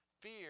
Fear